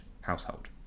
household